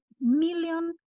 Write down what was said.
million